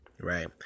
right